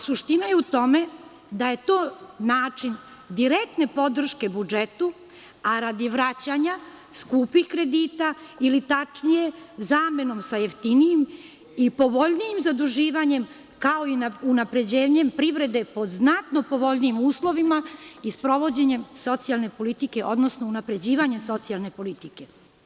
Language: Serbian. Suština je u tome da je to način direktne podrške budžetu, a radi vraćanja skupih kredita ili tačnije zamenom sa jeftinijim povoljnijim zaduživanjem, kao i unapređenjem privrede pod znatno povoljnijim uslovima i sprovođenjem socijalne politike, odnosno unapređivanjem socijalne politike.